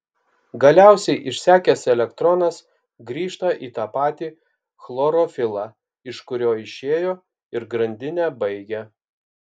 galiausiai išsekęs elektronas grįžta į tą patį chlorofilą iš kurio išėjo ir grandinę baigia